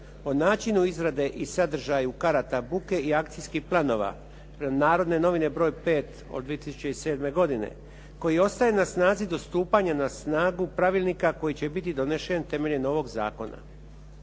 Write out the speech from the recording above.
o načinu izrade i sadržaju karata buke i akcijskih planova "Narodne novine" br. 5/07. koji ostaje na snazi do stupanja na snagu pravilnika koji će biti donesen temeljem ovog zakona.